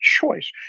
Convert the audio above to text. choice